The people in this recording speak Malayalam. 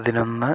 പതിനൊന്ന്